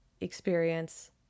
experience